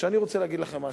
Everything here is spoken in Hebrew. אני רוצה להגיד לכם משהו.